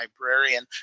librarian